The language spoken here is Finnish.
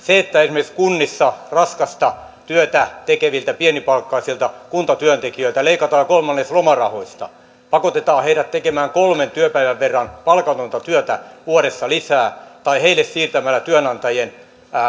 esimerkiksi kunnissa raskasta työtä tekeviltä pienipalkkaisilta kuntatyöntekijöiltä leikataan kolmannes lomarahoista pakotetaan heidät tekemään kolmen työpäivän verran palkatonta työtä vuodessa lisää ja heille siirretään maksettavaksi työnantajien